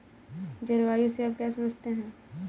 जलवायु से आप क्या समझते हैं?